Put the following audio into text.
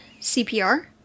CPR